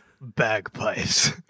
Bagpipes